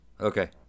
Okay